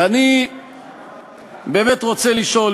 ואני באמת רוצה לשאול,